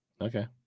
Okay